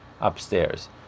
upstairs